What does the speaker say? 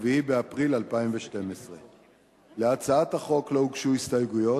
4 באפריל 2012. להצעת החוק לא הוגשו הסתייגויות.